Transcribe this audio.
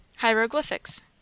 Hieroglyphics